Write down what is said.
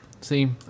see